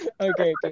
Okay